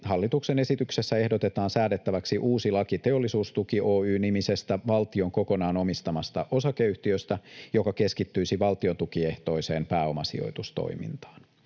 hallituksen esityksessä ehdotetaan säädettäväksi uusi laki Teollisuustuki Oy -nimisestä valtion kokonaan omistamasta osakeyhtiöstä, joka keskittyisi valtiontukiehtoiseen pääomasijoitustoimintaan.